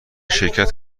شرکت